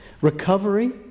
recovery